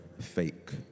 fake